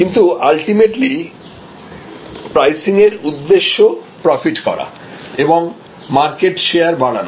কিন্তু আলটিমেটলি প্রাইসিংয়ের উদ্দেশ্য প্রফিট করা এবং মার্কেট শেয়ার বাড়ানো